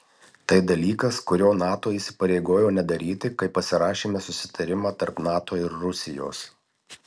tai dalykas kurio nato įsipareigojo nedaryti kai pasirašėme susitarimą tarp nato ir rusijos